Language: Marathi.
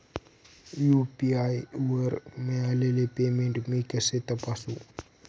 यू.पी.आय वर मिळालेले पेमेंट मी कसे तपासू?